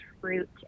fruit